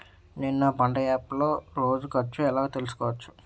నేను నా పంట యాప్ లో రోజు ఖర్చు ఎలా తెల్సుకోవచ్చు?